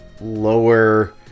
lower